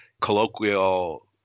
colloquial